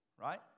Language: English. Right